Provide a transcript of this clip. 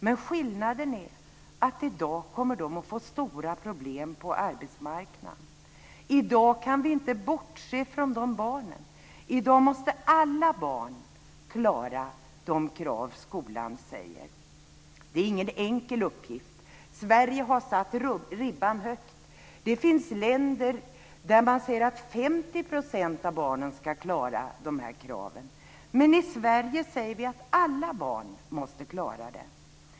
Men skillnaden är att i dag kommer de att få stora problem på arbetsmarknaden. I dag kan vi inte bortse från dessa barn. I dag måste alla barn klara de krav skolan ställer. Det är ingen enkel uppgift. Sverige har satt ribban högt. Det finns länder där man säger att 50 % av barnen ska klara de här kraven, men i Sverige säger vi att alla barn måste klara dem.